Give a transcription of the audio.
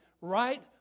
right